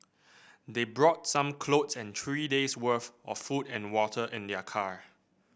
they brought some clothes and three days' worth of food and water in their car